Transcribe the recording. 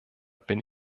bin